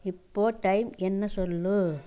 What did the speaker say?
இப்போ டைம் என்ன சொல்லு